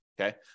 Okay